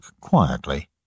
quietly